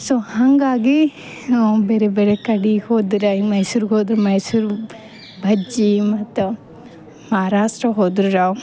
so ಹಾಂಗಾಗಿ ಬೇರೆ ಬೇರೆ ಕಡೆಗ್ ಹೋದರೆ ಇನ್ನು ಮೈಸೂರಿಗೆ ಹೋದ್ವು ಮೈಸೂರು ಭಜ್ಜಿ ಮತ್ತು ಮಹಾರಾಷ್ಟ್ರ ಹೋದರೆ